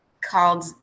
called